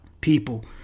people